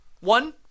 one